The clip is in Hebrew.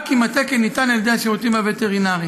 רק אם התקן ניתן על ידי השירותים הווטרינריים.